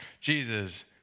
Jesus